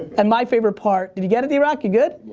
and my favorite part did you get it drock, you good?